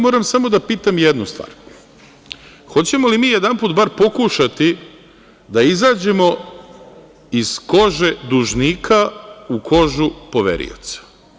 Moram samo da pitam jednu stvar – hoćemo li bar jedanput pokušati da izađemo iz kože dužnika u kožu poverioca?